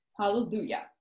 Hallelujah